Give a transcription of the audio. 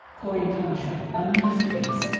coricancha, a masterpiece,